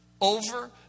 Over